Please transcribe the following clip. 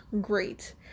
great